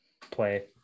play